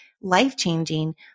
life-changing